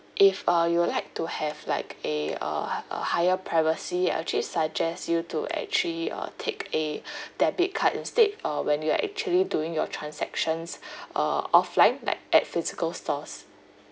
if uh you would like to have like a uh h~ a higher privacy I would actually suggest you to actually uh take a debit card instead uh when you are actually doing your transactions uh offline like at physical stores